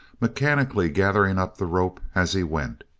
mechanically gathering up the rope as he went.